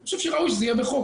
אני חושב שראוי שזה יהיה בחוק.